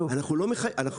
אנחנו לא מחייבים.